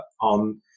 on